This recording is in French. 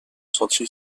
sentier